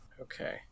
okay